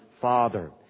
father